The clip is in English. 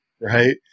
right